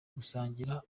gusangira